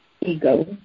ego